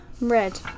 Red